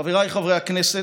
חבריי חברי הכנסת,